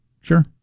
Sure